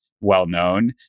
well-known